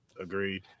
Agreed